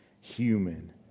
human